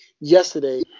yesterday